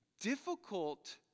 difficult